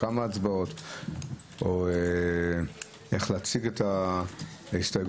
כמה הצבעות או איך להציג את ההסתייגויות.